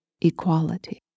Equality